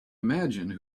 imagine